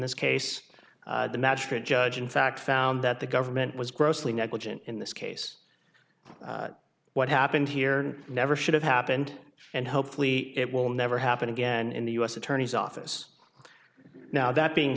this case the magistrate judge in fact found that the government was grossly negligent in this case what happened here never should have happened and hopefully it will never happen again in the u s attorney's office now that being